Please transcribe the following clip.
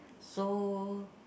so